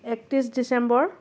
একত্ৰিশ ডিচেম্বৰ